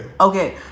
Okay